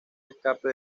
escape